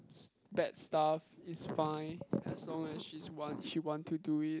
bad stuff it's fine as long as she's want she want to do it